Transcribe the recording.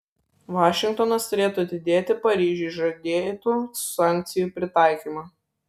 vašingtonas turėtų atidėti paryžiui žadėtų sankcijų pritaikymą